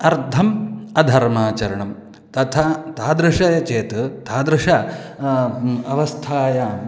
अर्धम् अधर्माचरणं तथा तादृशं चेत् तादृश्याम् अवस्थायाम्